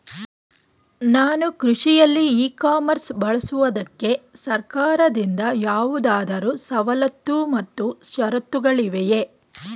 ನಾನು ಕೃಷಿಯಲ್ಲಿ e commerce ಬಳಸುವುದಕ್ಕೆ ಸರ್ಕಾರದಿಂದ ಯಾವುದಾದರು ಸವಲತ್ತು ಮತ್ತು ಷರತ್ತುಗಳಿವೆಯೇ?